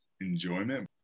enjoyment